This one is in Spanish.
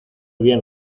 bien